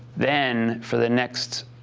then, for the next